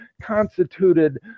constituted